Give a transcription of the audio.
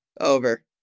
Over